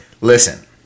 Listen